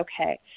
okay